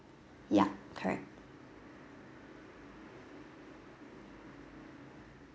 ya correct